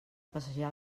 passejar